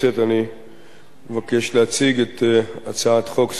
אני מבקש להציג את הצעת חוק סדר הדין